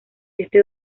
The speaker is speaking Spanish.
este